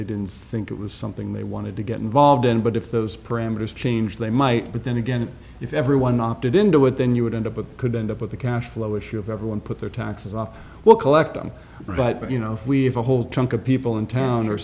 they didn't think it was something they wanted to get involved in but if those parameters change they might but then again if everyone opted into it then you would end up with could end up with a cash flow issue of everyone put their taxes off what collect them but you know if we if a whole chunk of people in town or